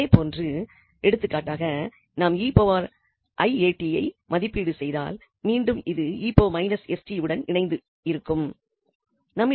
இதே போன்று எடுத்துக்காட்டாக நாம் 𝑒𝑖𝑎𝑡 ஐ மதிப்பீடு செய்தால் மீண்டும் இது 𝑒−𝑠𝑡 உடன் இணைந்து இருக்கும்